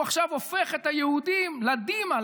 הוא עכשיו הופך את היהודים לד'ימי,